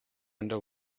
under